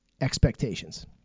expectations